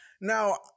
Now